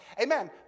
Amen